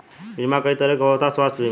बीमा कई तरह के होता स्वास्थ्य बीमा?